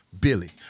Billy